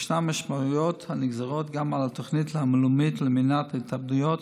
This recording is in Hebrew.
יש משמעויות הנגזרות גם על התוכנית הלאומית למניעת התאבדויות,